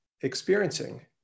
experiencing